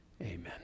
Amen